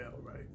right